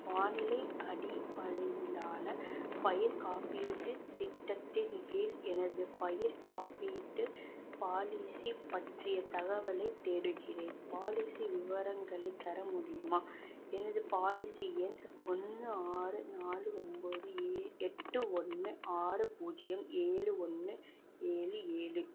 வானிலை அடிப்படையிலான பயிர்க்காப்பீடு திட்டத்தின் கீழ் எனது பயிர்காப்பீட்டு பாலிசி பற்றிய தகவலை தேடுகிறேன் பாலிசி விவரங்களைத் தரமுடியுமா எனது பாலிசி எண் ஒன்று ஆறு நாலு ஒம்போது எட்டு ஒன்று ஆறு பூஜ்ஜியம் ஏழு ஒன்று ஏழு ஏழு